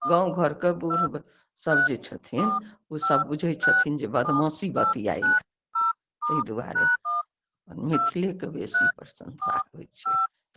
गाँव घरके बूढ़ सब जे छथिन ओ सब बुझय छथिन जे बदमाशी बतिआइए तय दुआरे मैथली कए बेसी प्रशंसा होइछै